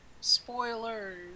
spoilers